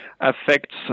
affects